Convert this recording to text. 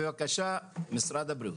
בבקשה, משרד הבריאות.